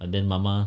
and then mama